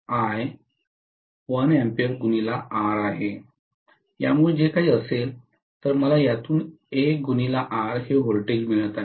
यामुळे जे काही असेल तर मला यातून हे व्होल्टेज मिळत आहे